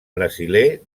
brasiler